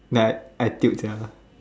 then I I tilt sia